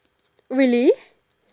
really